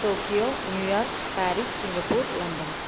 Tokyo New York Paris Singapore London